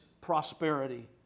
prosperity